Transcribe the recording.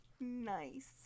Nice